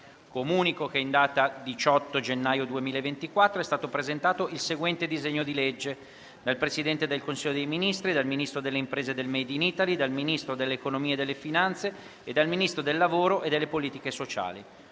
Comunico che in data 18 gennaio 2024 è stato presentato il seguente disegno di legge: *dal Presidente del Consiglio dei ministri, dal Ministro delle imprese e del* made in Italy*, dal Ministro dell'economia e delle finanze e dal Ministro del lavoro e delle politiche sociali*